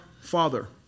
father